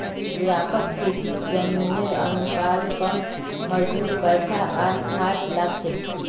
व्यापक खेतीत जमीनेर अनुपात कम मजदूर पैसा आर खाद लाग छेक